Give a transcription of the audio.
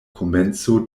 komenco